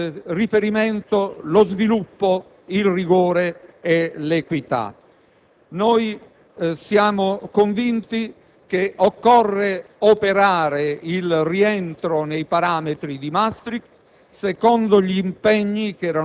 ha come punti di riferimento lo sviluppo, il rigore e l'equità. Siamo convinti che occorra operare il rientro nei parametri di Maastricht